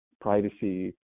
privacy